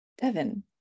Devin